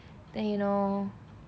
then you know